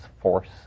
force